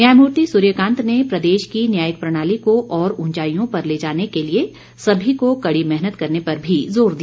न्यायमूर्ति सूर्यकांत ने प्रदेश की न्यायिक प्रणाली को और उंचाईयों पर ले जाने के लिए सभी को कड़ी मेहनत करने पर भी जोर दिया